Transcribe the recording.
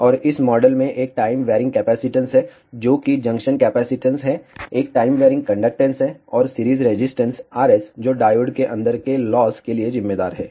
और इस मॉडल में एक टाइम वैरीइंग कैपेसिटेंस है जो कि जंक्शन कैपेसिटेंस है एक टाइम वैरीइंग कंडक्टेन्स है और सीरीज रेजिस्टेंस Rs जो डायोड के अंदर के लॉस के लिए जिम्मेदार है